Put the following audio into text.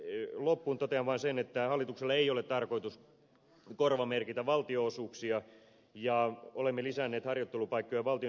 totean vain sen että hallituksella ei ole tarkoitus korvamerkitä valtionosuuksia ja olemme lisänneet harjoittelupaikkoja valtion sisällä